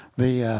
the